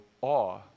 awe